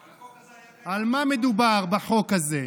אבל החוק הזה היה קיים, על מה מדובר בחוק הזה?